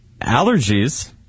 allergies